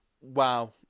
Wow